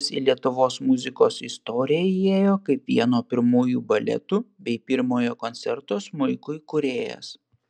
jis į lietuvos muzikos istoriją įėjo kaip vieno pirmųjų baletų bei pirmojo koncerto smuikui kūrėjas